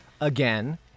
again